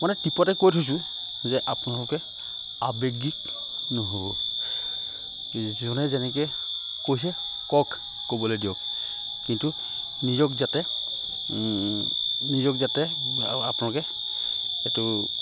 মানে টিপতে কৈ থৈছোঁ যে আপোনালোকে আৱেগিক নহ'ব যেনেকৈ কৈছে কওক ক'বলৈ দিয়ক কিন্তু নিজক যাতে নিজক যাতে আপোনালোকে এইটো